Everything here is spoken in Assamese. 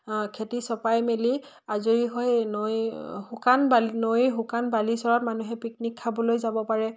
খেতি চপাই মেলি আজৰি হৈ নৈ শুকান বালি নৈ শুকান বালি চৰত মানুহে পিকনিক খাবলৈ যাব পাৰে